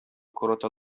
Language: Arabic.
كرة